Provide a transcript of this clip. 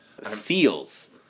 seals